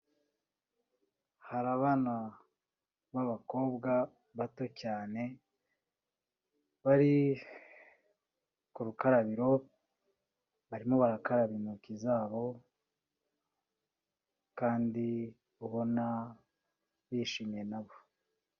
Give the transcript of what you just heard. Hari abana b'abakobwa bato cyane, bari ku rukarabiro barimo barakaraba intoki zabo, kandi ubona bishimye na bo.